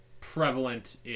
prevalent